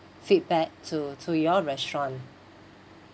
feedback to to your restaurant